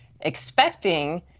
expecting